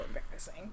Embarrassing